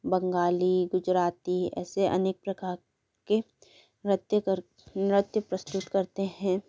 बंगाली गुजराती ऐसे अनेक प्रकार के नृत्य कर नृत्य प्रस्तुत करते हैं